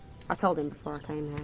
i told him before i came